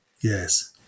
Yes